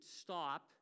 stop